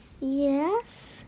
Yes